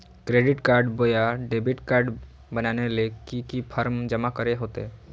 Credit card बोया debit card बनाने ले की की फॉर्म जमा करे होते?